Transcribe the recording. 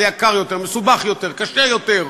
זה יקר יותר, מסובך יותר, קשה יותר,